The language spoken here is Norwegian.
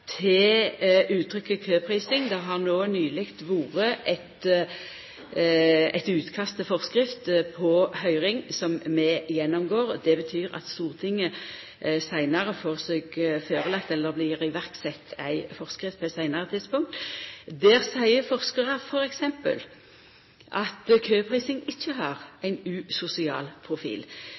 til uttrykket køprising. Det har no nyleg vore eit utkast til forskrift på høyring, som vi gjennomgår. Det betyr at det blir sett i verk ei forskrift på eit seinare tidspunkt. Forskarar seier t.d. at køprising ikkje har ein usosial profil.